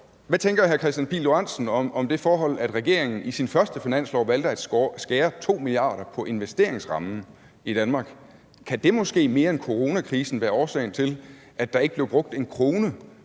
om det forhold, at regeringen i sin første finanslov valgte at skære 2 mia. kr. på investeringsrammen i Danmark? Kan det måske mere end coronakrisen være årsag til, at der ikke blev brugt en krone